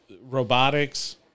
robotics